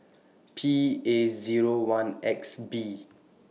P A Zero one X B